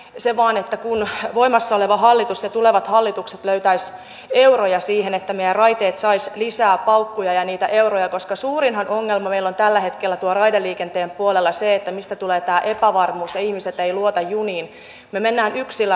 se vain että kun voimassa oleva hallitus ja tulevat hallitukset löytäisivät euroja siihen että meidän raiteet saisivat lisää paukkuja ja niitä euroja koska suurin ongelmahan meillä on tällä hetkellä tuolla raideliikenteen puolella se että mistä tulee tämä epävarmuus ja se että ihmiset eivät luota juniin me menemme yksillä raiteilla